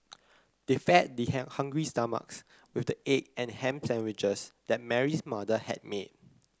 they fed their hungry stomachs with the egg and ham sandwiches that Mary's mother had made